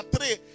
three